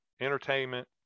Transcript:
entertainment